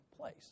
place